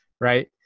right